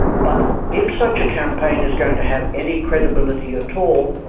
but if such a campaign is going to have any credibility at all,